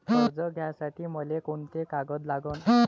कर्ज घ्यासाठी मले कोंते कागद लागन?